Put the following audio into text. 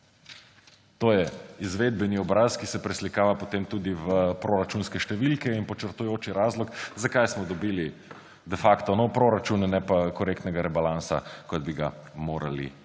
To je izvedbeni obraz, ki se preslikava potem tudi v proračunske številke, in podčrtujoči razlog, zakaj smo dobili de facto nov proračun, ne pa korektnega rebalansa, kot bi ga morali